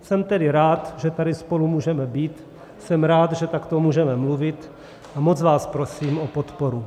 Jsem tedy rád, že tady spolu můžeme být, jsem rád, že takto můžeme mluvit, a moc vás prosím o podporu.